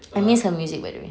I miss her music by the way